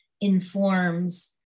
informs